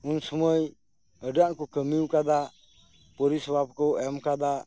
ᱩᱱ ᱥᱚᱢᱚᱭ ᱟᱹᱰᱤᱼᱟᱸᱴ ᱠᱚ ᱠᱟᱹᱢᱤᱣᱟᱠᱟᱫᱟ ᱯᱚᱨᱤᱥᱮᱵᱟ ᱠᱚ ᱮᱢ ᱟᱠᱟᱫᱟ